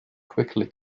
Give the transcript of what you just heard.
quickly